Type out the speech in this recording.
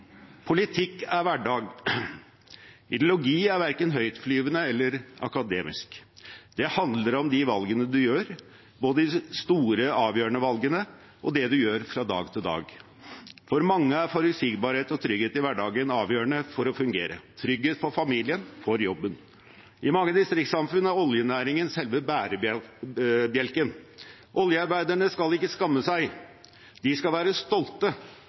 Politikk er hverdag. Ideologi er verken høytflyvende eller akademisk. Det handler om de valgene du gjør, både de store, avgjørende valgene og det du gjør fra dag til dag. For mange er forutsigbarhet og trygghet i hverdagen avgjørende for å fungere: trygghet for familien, for jobben. I mange distriktssamfunn er oljenæringen selve bærebjelken. Oljearbeiderne skal ikke skamme seg – de skal være stolte!